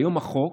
היום החוק